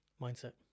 mindset